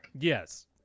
yes